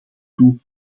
toe